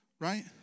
Right